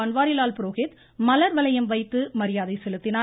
பன்வாரிலால் புரோஹித் மலர் வளையம் வைத்து மரியாதை செலுத்தினார்